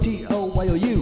D-O-Y-O-U